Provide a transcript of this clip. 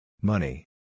Money